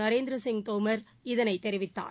நரேந்திரசிங் தோமர் இதனைதெரிவித்தார்